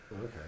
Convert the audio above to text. Okay